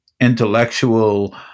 intellectual